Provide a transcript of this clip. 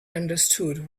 understood